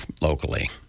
locally